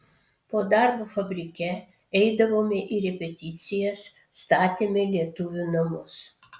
po darbo fabrike eidavome į repeticijas statėme lietuvių namus